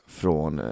från